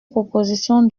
proposition